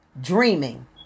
dreaming